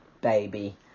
baby